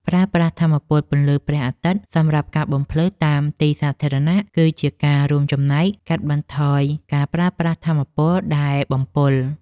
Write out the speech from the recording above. ប្រើប្រាស់ថាមពលពន្លឺព្រះអាទិត្យសម្រាប់ការបំភ្លឺតាមទីសាធារណៈគឺជាការរួមចំណែកកាត់បន្ថយការប្រើប្រាស់ថាមពលដែលបំពុល។